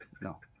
no